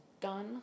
done